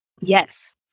Yes